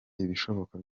ibishoboka